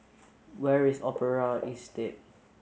where is Opera Estate